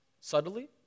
subtly